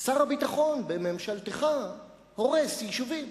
שר הביטחון בממשלתך הורס יישובים.